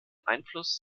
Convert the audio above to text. einfluss